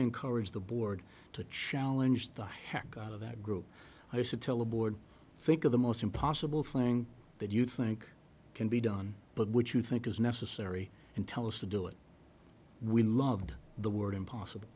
encourage the board to challenge the heck out of that group i said tell the board think of the most impossible thing that you think can be done but which you think is necessary and tell us to do it we loved the word impossible